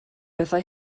bethau